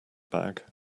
bag